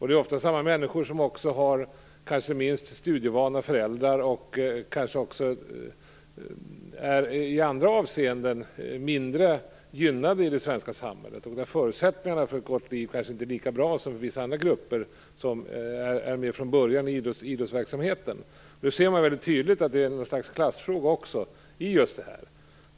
Det är ofta samma människor som har minst studievana föräldrar och som kanske i andra avseenden är mindre gynnade i det svenska samhället, där förutsättningarna för ett gott liv kanske inte är lika bra som för vissa andra grupper, som är med från början i idrottsverksamheten. Man ser väldigt tydligt att det finns ett slags klassfråga i just det här.